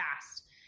fast